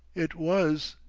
it was.